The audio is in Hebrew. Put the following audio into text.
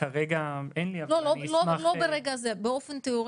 באופן תיאורטי, לא ברגע זה?